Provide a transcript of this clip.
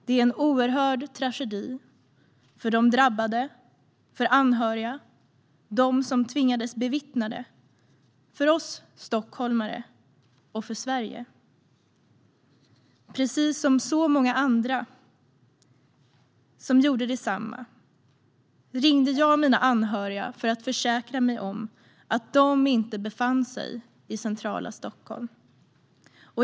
Det är en oerhörd tragedi för de drabbade, för anhöriga, för dem som tvingades bevittna det, för oss stockholmare och för Sverige. Som så många andra ringde jag mina anhöriga för att försäkra mig om att de inte befann sig i centrala Stockholm.